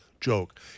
joke